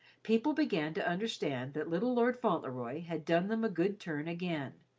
people began to understand that little lord fauntleroy had done them a good turn again,